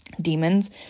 demons